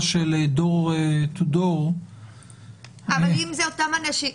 של מדלת לדלת --- אבל אם זה אותם אנשים,